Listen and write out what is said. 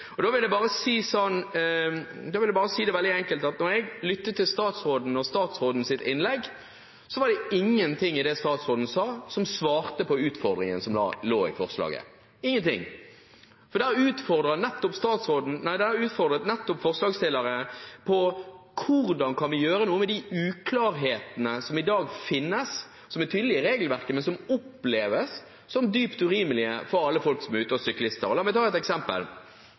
Jeg vil bare si det veldig enkelt: Da jeg lyttet til statsrådens innlegg, var det ingenting i det statsråden sa, som svarte på utfordringen som ligger i forslaget – ingenting. Der utfordrer forslagsstillerne på hvordan vi kan gjøre noe med de uklarhetene som i dag finnes, som er tydelige i regelverket, men som oppleves som dypt urimelige for folk som er ute og sykler. La meg ta et eksempel: